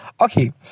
okay